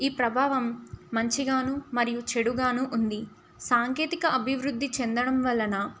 ఈ ప్రభావం మంచిగాను మరియు చెడుగాను ఉంది సాంకేతిక అభివృద్ధి చెందడం వలన